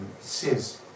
says